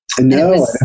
No